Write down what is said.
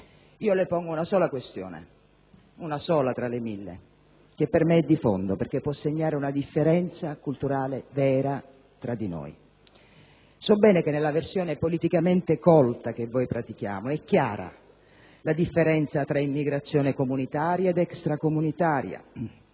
Le pongo una sola questione, una sola tra le mille, che per me è di fondo perché può segnare una differenza culturale vera tra di noi. So bene che nella versione politicamente colta che noi pratichiamo è chiara la differenza tra immigrazione comunitaria ed extracomunitaria,